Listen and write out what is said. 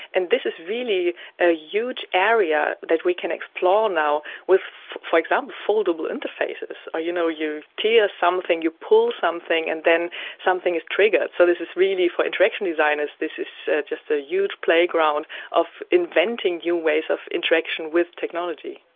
and this is really a huge area that we can explore now with, for example, foldable interfaces. or, you know, you tear something, you pull something, and then something is triggered. so this is really, for interaction designers, this is just a huge playground of inventing new ways of interaction with technology.